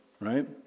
right